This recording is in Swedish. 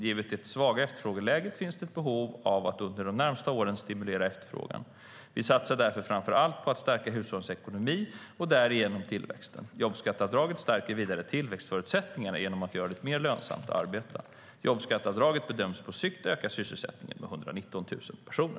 Givet det svaga efterfrågeläget finns det ett behov av att under de närmaste åren stimulera efterfrågan. Vi satsar därför framför allt på att stärka hushållens ekonomi och därigenom tillväxten. Jobbskatteavdragen stärker vidare tillväxtförutsättningarna genom att göra det mer lönsamt att arbeta. Jobbskatteavdragen bedöms på sikt öka sysselsättningen med 119 000 personer.